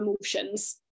emotions